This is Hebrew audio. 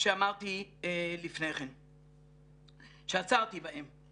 שעצרתי בהם.